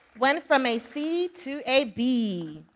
went from a c to a b.